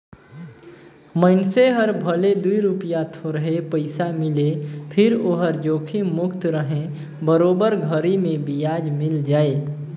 मइनसे हर भले दूई रूपिया थोरहे पइसा मिले फिर ओहर जोखिम मुक्त रहें बरोबर घरी मे बियाज मिल जाय